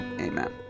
amen